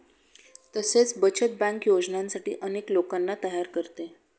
तसेच बचत बँक योजनांसाठी अनेक लोकांना तयार करते